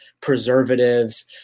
preservatives